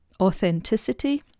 authenticity